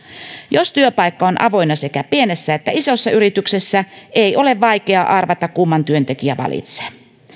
jos työpaikka on avoinna sekä pienessä että isossa yrityksessä ei ole vaikea arvata kumman työntekijä valitsee